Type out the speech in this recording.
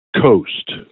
coast